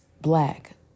Black